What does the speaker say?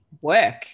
work